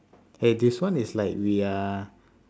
eh this one is like we are